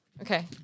okay